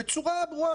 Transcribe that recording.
בצורה ברורה,